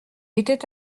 était